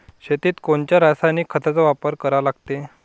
शेतीत कोनच्या रासायनिक खताचा वापर करा लागते?